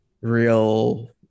real